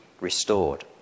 restored